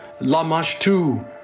Lamashtu